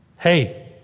Hey